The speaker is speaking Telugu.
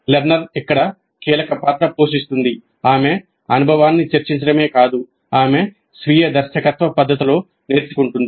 లెర్నర్ ఇక్కడ కీలక పాత్ర పోషిస్తుంది ఆమె అనుభవాన్ని చర్చించడమే కాదు ఆమె స్వీయ దర్శకత్వ పద్ధతిలో నేర్చుకుంటుంది